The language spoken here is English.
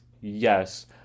Yes